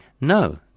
No